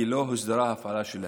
כי לא הוסדרה ההפעלה שלהם.